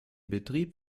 betrieb